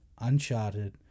Uncharted